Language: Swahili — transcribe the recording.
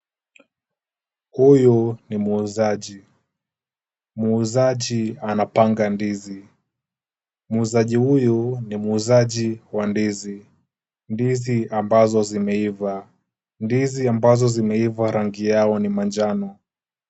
Huyu ni muuzaji ,muuzaji anapanga ndizi. Mwuuzaji huyu ni muuzaji wa ndizi ambazo aimeiva. Ndizi ambazo zimeiva rangi yao ni manjano.